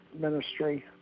ministry